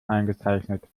eingezeichnet